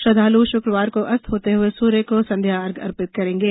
श्रद्धालु शुक्रवार को अस्त होते हुए सूर्य को संध्या अर्घ्य अर्पित करेंगे